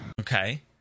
Okay